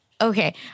Okay